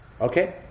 Okay